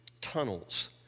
Tunnels